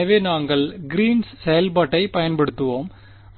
எனவே நாங்கள் Green's green's செயல்பாட்டைப் பயன்படுத்துவோம்